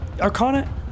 Arcana